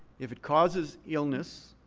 if it causes illness,